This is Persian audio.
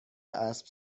اسب